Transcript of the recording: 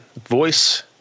voice